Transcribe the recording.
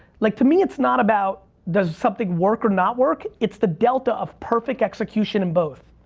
like, to me it's not about, does something work or not work? it's the delta of perfect execution in both.